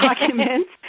documents